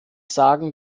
sagen